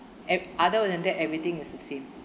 and other than that everything is the same